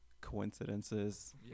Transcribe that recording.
coincidences